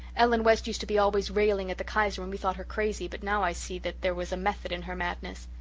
ellen west used to be always railing at the kaiser and we thought her crazy, but now i see that there was a method in her madness.